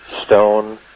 stone